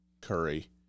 Curry